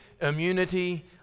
immunity